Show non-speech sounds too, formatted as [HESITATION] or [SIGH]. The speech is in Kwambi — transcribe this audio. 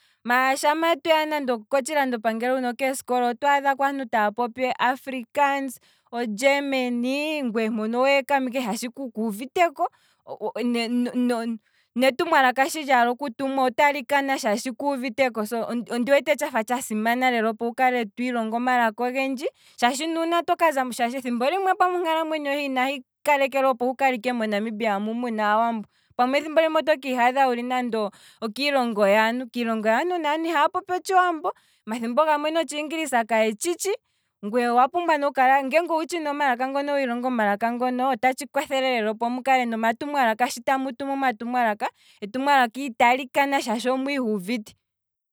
Maala shampa tweya nande okotshilando pangelo huno keesikola. otwaadhako aantu taya popi, afrikaans, germany maala ngweye mpono oweekama ike shaashi kuuviteko, [HESITATION] netu mwalaka shi lyaala okutumwa otali kana shaashi omuntu kuuviteko, so, ondi wete tshafa tsha simana lela twiilongo omalaka ogendji, shaashi nuuna toka zamo, shaashi ethimbo limwe onakalamwenyo hohe inahi kale kelwa ike hi kale monamibia mu muna aawambo, pamwe thimbo limwe oto kiihadha wuli nande okiilongo yaantu, kiilongo yaantu ne aantu ihaya popi otshiwambo, thimbo limwe notshiingilisa kaye tshitshi, ongweye owa pumbwa ne, nge wiilonga omalaka ngono ota tshi kwathele opo lela nande shi tamu tumu omatumwalaka, etumwalaka itali kana shaashi omwiihuvite